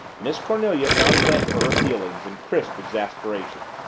miss cornelia found vent for her feelings in crisp exasperation.